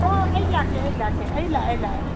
ꯑꯣ ꯑꯩ ꯂꯥꯛꯀꯦ ꯂꯥꯛꯀꯦ ꯑꯩ ꯂꯥꯛꯑꯦ ꯂꯥꯛꯑꯦ